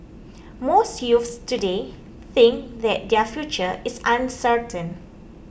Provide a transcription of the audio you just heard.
most youths today think that their future is uncertain